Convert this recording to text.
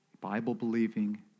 Bible-believing